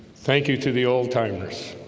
thank you to the old-timers